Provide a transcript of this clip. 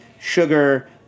sugar